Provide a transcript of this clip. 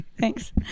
thanks